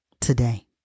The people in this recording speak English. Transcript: today